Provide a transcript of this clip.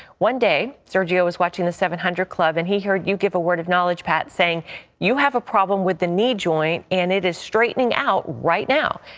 one day sergio was watching the seven hundred club, and he heard you give a word of knowledge, pat, saying you have a problem with the knee joint and it is straightening out right now.